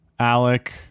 Alec